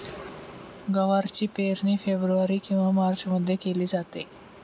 गवारची पेरणी फेब्रुवारी किंवा मार्चमध्ये केली जाते